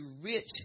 rich